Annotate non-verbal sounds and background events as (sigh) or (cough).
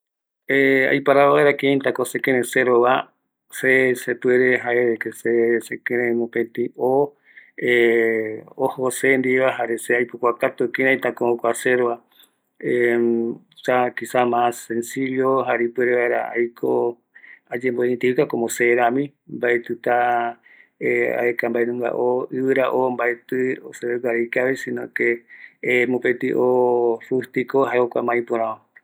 Se aiparavo vaera kiraitako sero va, se sepuere jaeva de que sekïrëï mopetï oo (hesitation) ojo se ndiveva jare ser aipokuakatu kiraitako jokua serova, (hesitation) esa, quisas mas cencillo ipuere vaera aiko, ayembo identifica como se rami, mbaetïta, aeka mbaenunga oo, ivira oo seveguara mbaeti ikavi, si no que mopeti o rustico, jae jokua mas ïpöräva.